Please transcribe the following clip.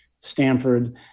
Stanford